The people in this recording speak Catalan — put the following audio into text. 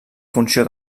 funció